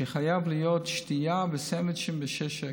שחייבים להיות שתייה וסנדוויצ'ים בשישה שקלים.